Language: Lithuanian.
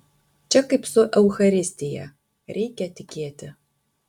čia kaip su eucharistija reikia tikėti